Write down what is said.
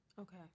Okay